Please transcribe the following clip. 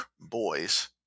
boys